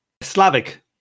Slavic